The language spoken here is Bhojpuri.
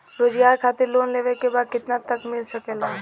रोजगार खातिर लोन लेवेके बा कितना तक मिल सकेला?